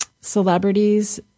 celebrities